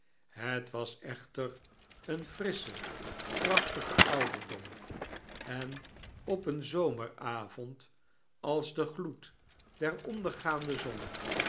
h was echter een frissche krachtige ouderdom en op een zomeravond als de gloed der ondergaande zon